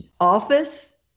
office